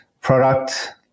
product